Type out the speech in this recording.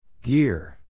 Gear